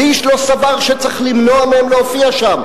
ואיש לא סבר שצריך למנוע מהם להופיע שם.